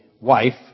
wife